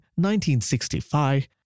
1965